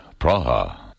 Praha